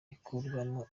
ikurwamo